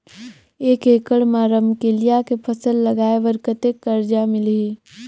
एक एकड़ मा रमकेलिया के फसल लगाय बार कतेक कर्जा मिलही?